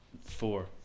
four